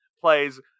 plays